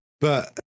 But-